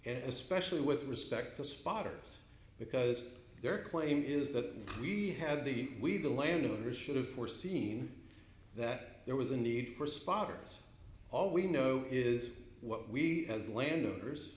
and especially with respect to spotters because their claim is that we have the we the landowners should have foreseen that there was a need for spotters all we know is what we as landowners